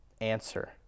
answer